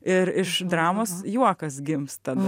ir iš dramos juokas gimsta